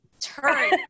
turn